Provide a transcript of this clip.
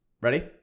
Ready